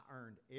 earned